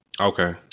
Okay